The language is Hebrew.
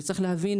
וצריך להבין,